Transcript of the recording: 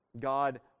God